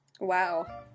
Wow